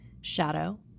shadow